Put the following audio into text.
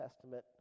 Testament